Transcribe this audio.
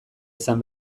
izan